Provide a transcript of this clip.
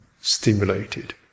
stimulated